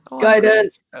Guidance